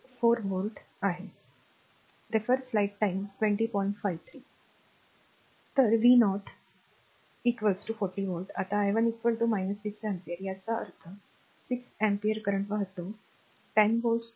तर v0 40 volt आता i 1 6 ampere याचा अर्थ 6 अँपिअर करंट वाहतो 10 व्व्होल्ट स्त्रोत